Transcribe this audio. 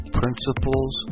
principles